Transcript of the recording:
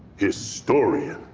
historian!